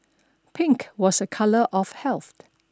pink was a colour of health